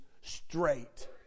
straight